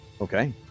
Okay